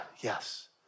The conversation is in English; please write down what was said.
yes